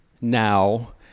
now